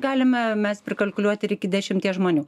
galime mes prikalkuliuoti iki dešimties žmonių